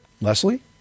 Leslie